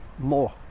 more